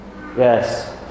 Yes